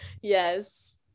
yes